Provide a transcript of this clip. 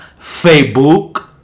Facebook